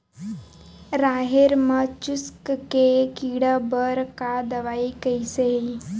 राहेर म चुस्क के कीड़ा बर का दवाई कइसे ही?